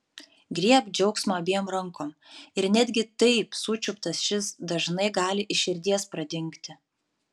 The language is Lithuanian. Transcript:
griebk džiaugsmą abiem rankom ir netgi taip sučiuptas šis dažnai gali iš širdies pradingti